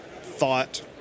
thought